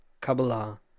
Kabbalah